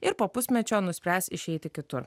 ir po pusmečio nuspręs išeiti kitur